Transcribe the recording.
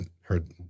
heard